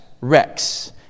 Rex